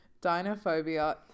Dinophobia